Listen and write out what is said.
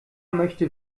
möchte